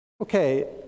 Okay